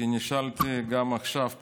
כי נשאלתי גם עכשיו פה,